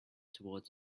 towards